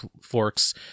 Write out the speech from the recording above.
forks